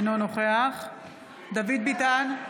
אינו נוכח דוד ביטן,